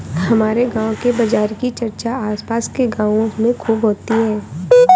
हमारे गांव के बाजार की चर्चा आस पास के गावों में खूब होती हैं